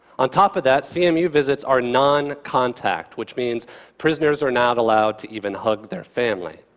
on top of that, cmu visits are non-contact which means prisoners are not allowed to even hug their family.